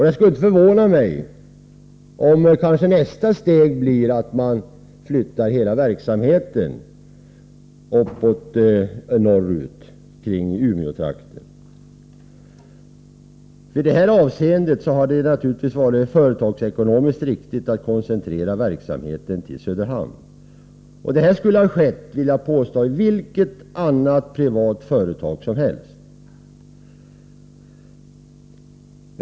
Det skulle inte förvåna mig om nästa steg blir att flytta hela verksamheten norrut till Umeåtrakten. I detta avseende hade det naturligtvis varit företagsekonomiskt riktigt att koncentrera verksamheten till Söderhamn. Det skulle ha skett, vågar jag påstå, i vilket annat privat företag som helst.